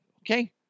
Okay